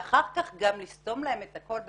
ואחר כך גם לסתום להן את הקול,